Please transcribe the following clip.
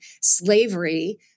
slavery